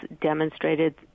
demonstrated